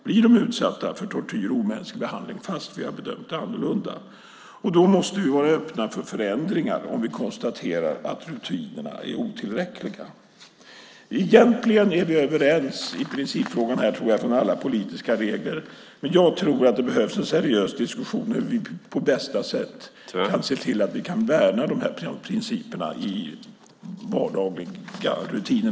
Blir de utsatta för tortyr och omänsklig behandling fast vi har bedömt annorlunda? Vi måste vara öppna för förändringar om vi konstaterar att rutinerna är otillräckliga. Egentligen är vi överens i principfrågan från alla politiska läger, men jag tror att det behövs en seriös diskussion om hur vi på bästa sätt kan se till att vi kan värna de antagna principerna i vardagliga rutiner.